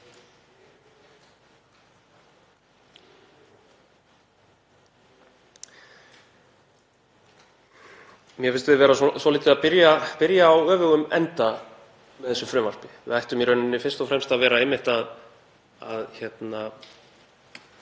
Mér finnst við vera svolítið að byrja á öfugum enda með þessu frumvarpi. Við ættum fyrst og fremst að vera einmitt að tryggja